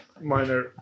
minor